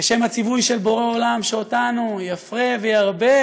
כשם הציווי של בורא עולם שאותנו הוא יפרה וירבה,